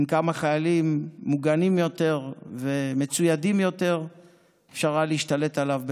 עם כמה חיילים מוגנים יותר ומצוידים יותר אפשר היה להשתלט עליו בקלות.